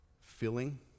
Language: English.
filling